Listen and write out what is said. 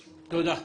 תודה.